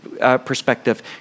perspective